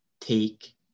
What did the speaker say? take